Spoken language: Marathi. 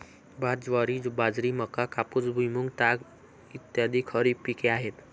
भात, ज्वारी, बाजरी, मका, कापूस, भुईमूग, ताग इ खरीप पिके आहेत